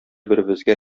беребезгә